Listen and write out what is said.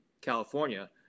California